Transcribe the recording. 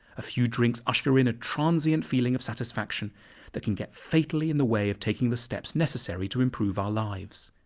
a few drinks usher in a transient feeling of satisfaction that can get fatally in the way of taking the steps necessary to improve our lives.